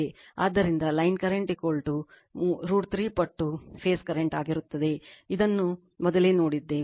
ಆದ್ದರಿಂದ line current √ 3 ಪಟ್ಟು phase current ಆಗಿರುತ್ತದೆ ಇದನ್ನು ಮೊದಲೇ ನೋಡಿದ್ದೇವೆ